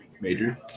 Major